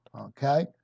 okay